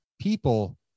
people